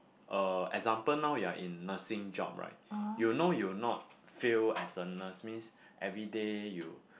uh example now you're in nursing job right you know you not fail as a nurse means everyday you